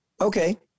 Okay